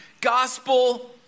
gospel